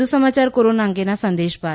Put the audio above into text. વધુ સમાચાર કોરોના અંગેના આ સંદેશ બાદ